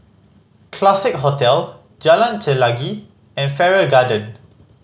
Classique Hotel Jalan Chelagi and Farrer Garden